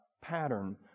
pattern